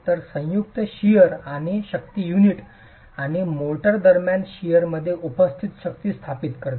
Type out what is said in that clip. तर संयुक्त शिअर शक्ती युनिट आणि मोर्टार दरम्यान शिअर मध्ये उपस्थित शक्ती स्थापित करते